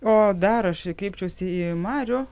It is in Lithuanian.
o dar aš kreipčiausi į marių